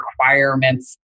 requirements